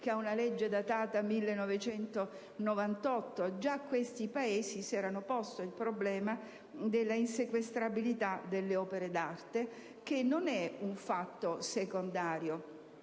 che ha una legge che risale al 1998. Già questi Paesi si erano posti il problema della insequestrabilità delle opere d'arte, e non è un fatto secondario,